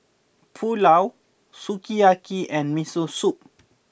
Pulao Sukiyaki and Miso Soup